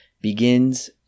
begins